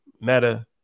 Meta